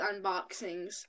Unboxings